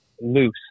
loose